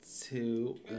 two